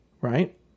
right